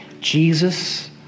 Jesus